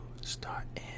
start